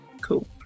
Cool